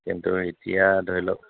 কিন্তু এতিয়া ধৰি লওক